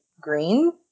green